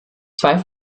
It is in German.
zwei